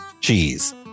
cheese